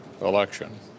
election